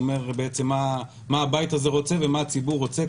זה אומר בעצם מה הבית הזה רוצה ומה הציבור רוצה,